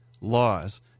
laws